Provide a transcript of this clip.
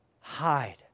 hide